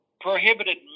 prohibited